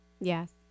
Yes